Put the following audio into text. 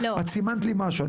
את סימנת לי משהו.